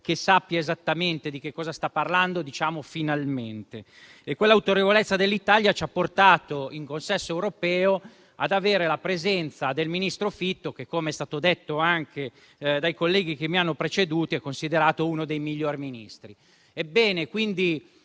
che sa esattamente di che cosa sta parlando. E quella autorevolezza dell'Italia ci ha portati, nel consesso europeo, ad avere la presenza del ministro Fitto che - come è stato detto anche dai colleghi che mi hanno preceduto - è considerato uno dei migliori Ministri.